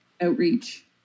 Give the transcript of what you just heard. outreach